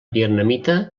vietnamita